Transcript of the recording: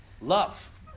Love